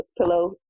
pillow